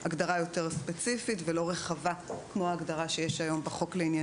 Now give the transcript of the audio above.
ולא ב"חוק זה"